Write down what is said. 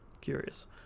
Curious